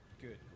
Good